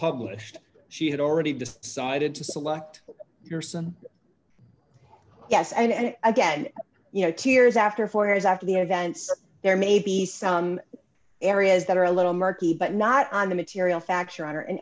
published she had already decided to select your son yes and again you know two years after four years after the events there may be some areas that are a little murky but not on a material fact